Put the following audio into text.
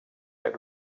get